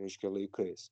reiškia laikais